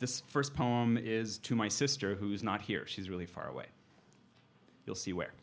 the first poem is to my sister who is not here she's really far away you'll see where